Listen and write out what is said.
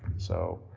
so